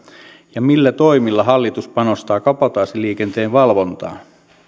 ja millä toimilla hallitus panostaa kabotaasiliikenteen valvontaan